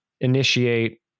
initiate